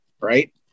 right